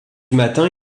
matin